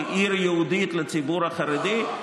כעיר ייעודית לציבור החרדי,